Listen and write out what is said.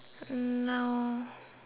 hmm